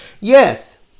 Yes